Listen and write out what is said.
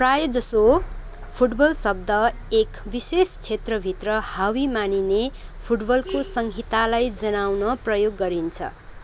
प्रायःजसो फुटबल शब्द एक विशेष क्षेत्रभित्र हावी मानिने फुटबलको संहितालाई जनाउन प्रयोग गरिन्छ